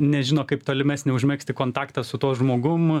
nežino kaip tolimesnį užmegzti kontaktą su tuo žmogum